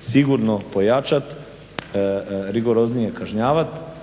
sigurno pojačati, rigoroznije kažnjavati,